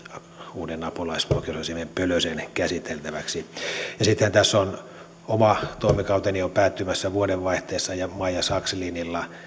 uuden apulaisoikeusasiamies pölösen käsiteltäväksi sitten oma toimikauteni on päättymässä vuodenvaihteessa ja maija sakslinilla